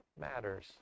matters